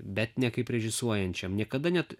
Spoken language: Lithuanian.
bet ne kaip režisuojančiam niekada net